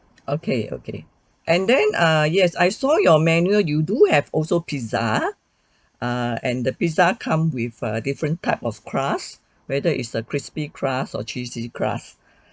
okay okay and then err yes I saw your menu you do have also pizza ah and the pizza come with a different type of crust whether is the crispy crust or cheesy crust